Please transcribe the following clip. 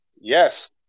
Yes